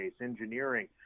engineering